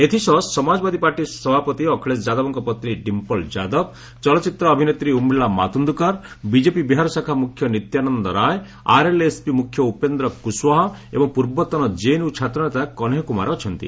ଏଥିସହ ସମାଜବାଦୀ ପାର୍ଟି ସଭାପତି ଅଖିଳେଶ ଯାଦବଙ୍କ ପତ୍ନୀ ଡିମ୍ପ୍ଲ୍ ଯାଦବ ଚଳଚ୍ଚିତ୍ର ଅଭିନେତ୍ରୀ ଉର୍ମିଲା ମାତୁଣ୍ଡ୍କର ବିକେପି ବିହାର ଶାଖା ମୁଖ୍ୟ ନିତ୍ୟାନନ୍ଦ ରାୟ ଆର୍ଏଲ୍ଏସ୍ପି ମୁଖ୍ୟ ଉପେନ୍ଦ୍ର କୁଶ୍ୱାହା ଏବଂ ପୂର୍ବତନ ଜେଏନ୍ୟୁ ଛାତ୍ରନେତା କହ୍ନେୟା କୁମାର ଅଛନ୍ତି